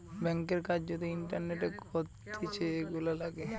ব্যাংকের কাজ যদি ইন্টারনেটে করতিছে, এগুলা লাগে